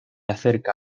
acerca